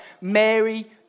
Mary